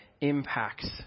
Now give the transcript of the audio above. impacts